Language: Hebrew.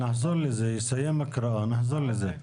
נמשיך בהקראה ונחזור לזה.